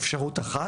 אפשרות אחת,